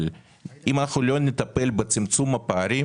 אבל אם אנחנו לא נטפל בצמצום הפערים